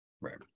Right